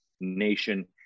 nation